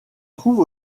trouve